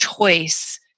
choice